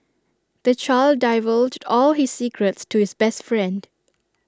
the child divulged all his secrets to his best friend